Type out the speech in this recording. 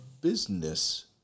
business